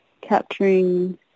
capturing